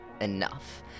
enough